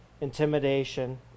intimidation